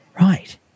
right